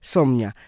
Somnia